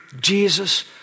Jesus